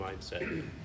mindset